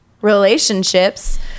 relationships